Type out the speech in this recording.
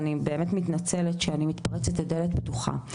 באמת מתנצלת שאני מתפרצת לדלת פתוחה.